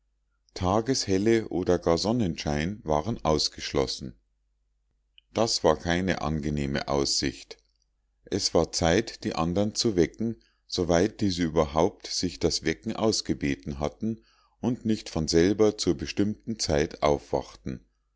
tageshelle oder gar sonnenschein war ausgeschlossen das war keine angenehme aussicht es war zeit die andern zu wecken soweit diese überhaupt sich das wecken ausgebeten hatten und nicht von selber zur bestimmten zeit aufwachten